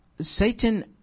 Satan